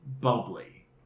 bubbly